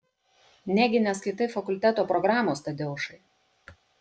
negi neskaitai fakulteto programos tadeušai